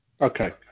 okay